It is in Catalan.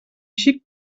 xic